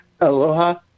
Aloha